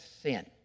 sin